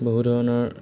বহু ধৰণৰ